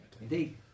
Indeed